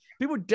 People